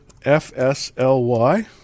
FSLY